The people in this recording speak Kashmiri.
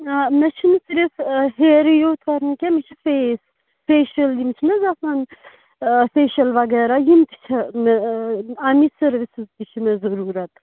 آ مےٚ چھُنہٕ صِرف ہیٚرٕے یوٚت کَرُن کیٚنٛہہ مےٚ چھُ فیس فیشَل یِم چھِنہٕ حظ آسان فیشَل وَغیرہ یِم تہِ چھِ مےٚ اَمِچ سٔروِسِز تہِ چھِ مےٚ ضروٗرَت